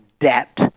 debt